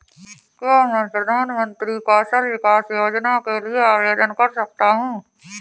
क्या मैं प्रधानमंत्री कौशल विकास योजना के लिए आवेदन कर सकता हूँ?